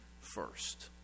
first